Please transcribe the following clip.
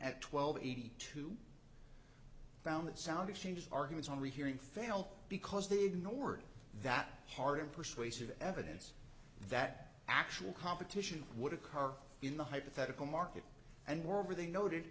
at twelve eighty two found that sound exchanges arguments on rehearing fail because they ignored that hard persuasive evidence that actual competition would occur in the hypothetical market and were they noted